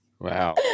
Wow